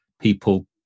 people